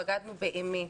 בגדנו" באמת,